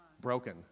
broken